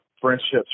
friendships